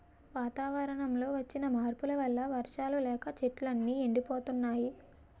వాతావరణంలో వచ్చిన మార్పుల వలన వర్షాలు లేక చెట్లు అన్నీ ఎండిపోతున్నాయి